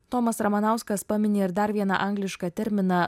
tomas ramanauskas pamini ir dar vieną anglišką terminą